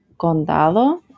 Condado